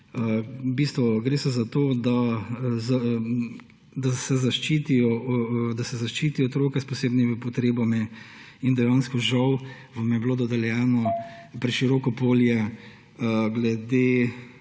Gre za to, da se zaščiti otroke s posebnimi potrebami. In dejansko žal vam je bilo dodeljeno preširoko polje glede